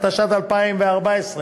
התשע"ד 2014,